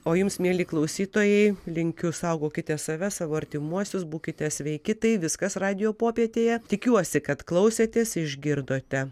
o jums mieli klausytojai linkiu saugokite save savo artimuosius būkite sveiki tai viskas radijo popietėje tikiuosi kad klausėtės išgirdote